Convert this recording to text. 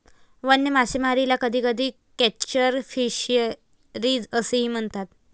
वन्य मासेमारीला कधीकधी कॅप्चर फिशरीज असेही म्हणतात